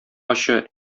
ачы